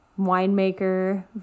winemaker